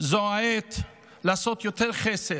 זו העת לעשות יותר חסד,